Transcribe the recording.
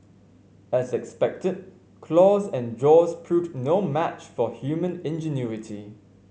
as expected claws and jaws proved no match for human ingenuity